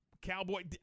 Cowboy